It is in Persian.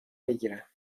بگیرم